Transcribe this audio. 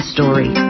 story